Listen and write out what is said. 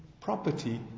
property